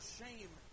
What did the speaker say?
shame